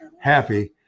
happy